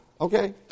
Okay